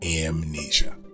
amnesia